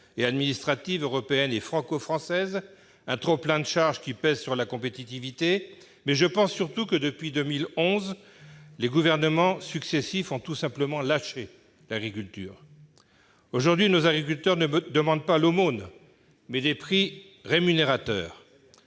et administratives européennes et franco-françaises, et un trop-plein de charges qui pèse sur la compétitivité. Je pense surtout que, depuis 2011, les gouvernements successifs ont tout simplement lâché l'agriculture. Aujourd'hui, nos agriculteurs demandent non pas l'aumône, mais des prix rémunérateurs.